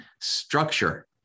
structure